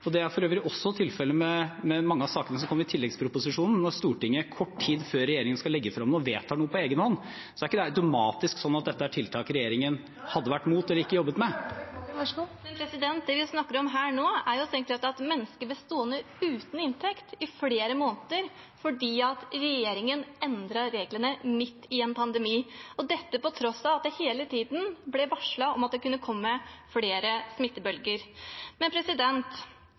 Det er for øvrig også tilfellet med mange av sakene som kom i tilleggsproposisjonen. Når Stortinget kort tid før regjeringen skal legge frem noe, vedtar noe på egen hånd, er ikke det automatisk sånn at det er tiltak regjeringen har vært mot eller ikke har jobbet med. Elise Bjørnebekk-Waagen – til oppfølgingsspørsmål. Det vi snakker om nå, er strengt tatt at mennesker ble stående uten inntekt i flere måneder fordi regjeringen endret reglene midt i en pandemi – det på tross av at det hele tiden ble varslet at det kunne komme flere smittebølger.